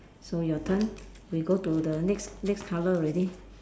so your turn we go to the next next colour already